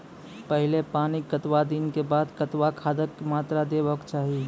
पहिल पानिक कतबा दिनऽक बाद कतबा खादक मात्रा देबाक चाही?